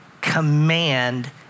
command